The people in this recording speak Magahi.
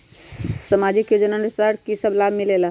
समाजिक योजनानुसार कि कि सब लाब मिलीला?